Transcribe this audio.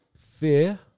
fear